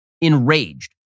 enraged